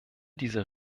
dieser